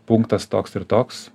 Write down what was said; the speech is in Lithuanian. punktas toks ir toks